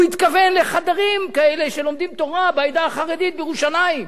הוא התכוון ל"חדרים" כאלה שלומדים תורה בעדה החרדית בירושלים.